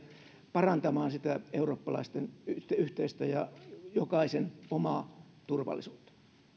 parantamaan sitä eurooppalaisten yhteistä ja jokaisen omaa turvallisuutta